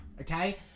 okay